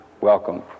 welcome